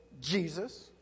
Jesus